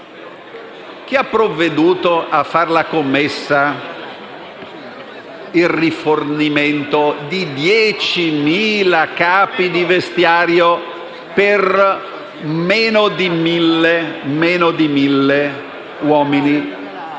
chi ha provveduto a fare la commessa per il rifornimento di 10.000 capi di vestiario per meno di 1.000 uomini